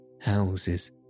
houses